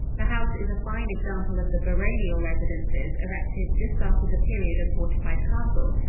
the house is a fine example of the baronial residences erected just after the period of fortified castles,